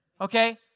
okay